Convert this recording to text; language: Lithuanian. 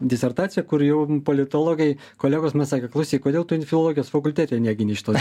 disertacija kur jau politologai kolegos man sakė klausyk kodėl tu filologijos fakultete negini šitos